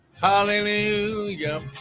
Hallelujah